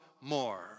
more